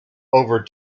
over